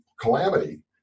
calamity